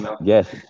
yes